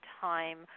time